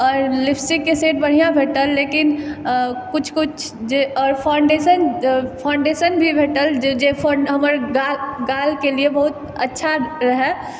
आओर लिपस्टिकके शेड बढ़िआँ भेटल लेकिन किछु किछु जे आओर फाउंडेशन भी भेटल जे हमर गालके लिए बहुत अच्छा रहै